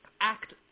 Act